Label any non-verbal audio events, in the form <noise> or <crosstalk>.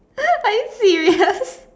are you serious <laughs>